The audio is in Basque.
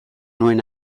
nuen